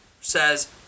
says